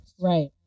right